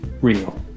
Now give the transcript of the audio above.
real